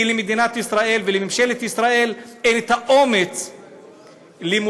כי למדינת ישראל ולממשלת ישראל אין אומץ למוטט,